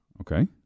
Okay